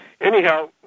Anyhow